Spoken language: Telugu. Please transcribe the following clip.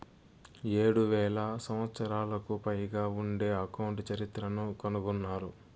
ఏడు వేల సంవత్సరాలకు పైగా ఉండే అకౌంట్ చరిత్రను కనుగొన్నారు